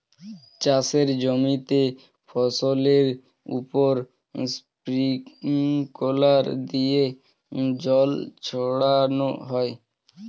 চাষের জমিতে ফসলের উপর স্প্রিংকলার দিয়ে জল ছড়ানো হয়